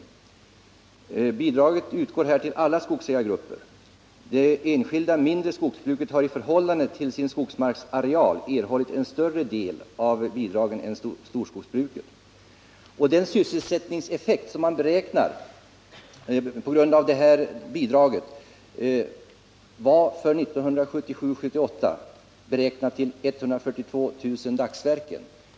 Detta bidrag utgår till alla skogsägargrupper. De enskilda mindre skogsbruken har i förhållande till sin skogsmarksareal erhållit en större del av bidraget än storskogsbruken. Sysselsättningseffekten av bidraget beräknas för 1977 till 142 000 dagsverken.